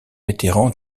vétéran